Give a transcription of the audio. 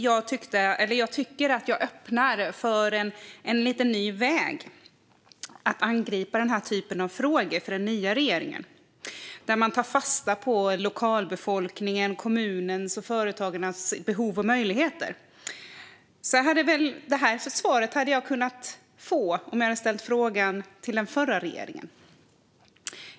Jag tycker att jag öppnar för en ny väg för den nya regeringen att angripa den här typen av frågor genom att ta fasta på lokalbefolkningens, kommunens och företagarnas behov och möjligheter. Det här svaret hade jag kunnat få även om jag hade ställt interpellationen till den förra regeringen.